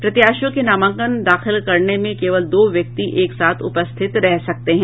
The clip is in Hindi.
प्रत्याशियों के नामांकन दाखिल करने में केवल दो व्यक्ति एक साथ उपस्थित रह सकते हैं